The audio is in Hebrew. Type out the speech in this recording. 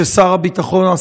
אבל מאחר שזה לא הוכן, לא,